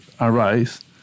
arise